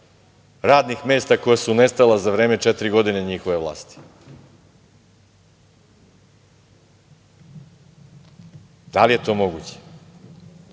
radnih mesta koja su nestala za vreme četiri godine njihove vlasti? Da li je to moguće?